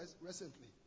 recently